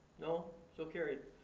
no, so carried.